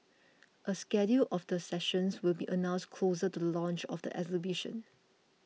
a schedule of the sessions will be announced closer to the launch of the exhibition